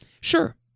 sure